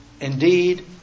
Indeed